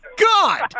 God